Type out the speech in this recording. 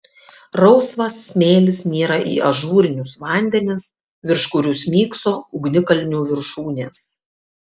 rausvas smėlis nyra į ažūrinius vandenis virš kurių smygso ugnikalnių viršūnės